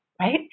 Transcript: right